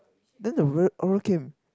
then the rude all came